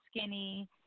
skinny